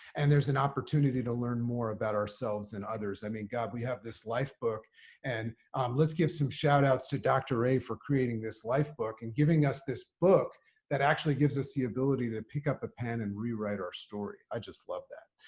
and there's an opportunity to learn more about ourselves and others. i mean, god, we have this lifebook and let's give some shout outs to dr. a for creating this lifebook and giving us this book that actually gives us the ability to pick up a pen and rewrite our story. i just love that.